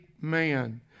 man